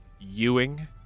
Ewing